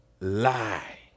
lie